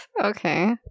okay